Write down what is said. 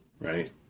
right